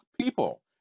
people